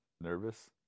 nervous